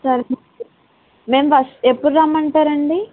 సరే మేము ఫస్ట్ ఎప్పుడు రమ్మంటారండి